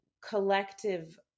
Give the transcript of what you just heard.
collective